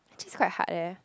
actually it's quite hard leh